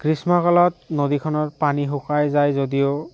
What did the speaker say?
গ্ৰীষ্মকালত নদীখনৰ পানী শুকাই যায় যদিও